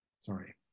Sorry